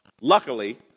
luckily